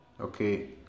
okay